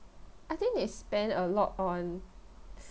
I think I spent a lot on